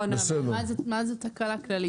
מה זאת תקלה כללית?